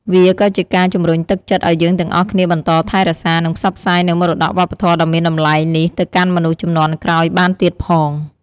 វាក៏ជាការជំរុញទឹកចិត្តឲ្យយើងទាំងអស់គ្នាបន្តថែរក្សា និងផ្សព្វផ្សាយនូវមរតកវប្បធម៌ដ៏មានតម្លៃនេះទៅកាន់មនុស្សជំនាន់ក្រោយបានទៀតផង។